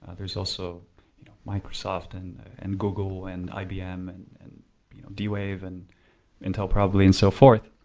ah there's also microsoft and and google and ibm and you know d-wave and intel, probably and so forth.